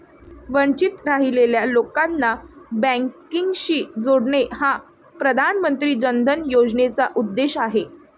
वंचित राहिलेल्या लोकांना बँकिंगशी जोडणे हा प्रधानमंत्री जन धन योजनेचा उद्देश आहे